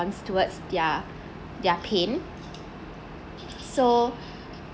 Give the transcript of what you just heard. towards their their pain so